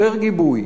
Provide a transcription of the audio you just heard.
יותר גיבוי,